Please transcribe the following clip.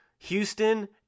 Houston